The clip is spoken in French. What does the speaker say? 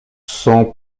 sans